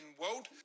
world